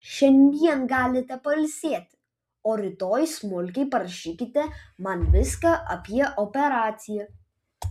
šiandien galite pailsėti o rytoj smulkiai parašykite man viską apie operaciją